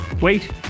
Wait